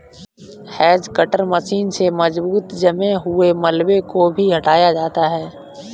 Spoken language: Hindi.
हेज कटर मशीन से मजबूत जमे हुए मलबे को भी हटाया जाता है